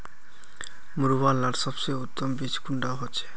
मरुआ लार सबसे उत्तम बीज कुंडा होचए?